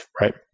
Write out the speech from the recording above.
right